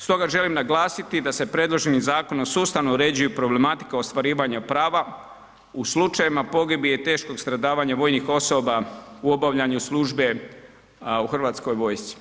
Stoga želim naglasiti da se predloženi zakonom sustavno uređuje problematika ostvarivanja prava u slučajevima pogibije i teškog stradavanja vojnih osoba u obavljanju službe u hrvatskoj vojsci.